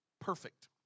perfect